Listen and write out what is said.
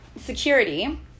security